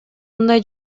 мындай